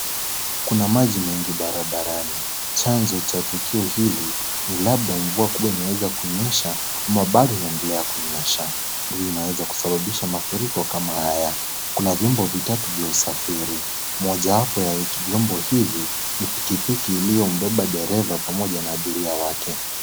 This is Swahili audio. Kuna maji mengi barabarani, chanzo cha tukio hili ni labda mvua kuwa imeanza kunyesha ama bado inaendelea kunyesha, ndio inaweza kusababisha mafuriko kama haya, kuna vyombo vitatu vya usafiri, mojawapo ya vyombo hivi ni pikipiki iliyobeba dereva Pamoja na abiria wake.